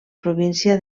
província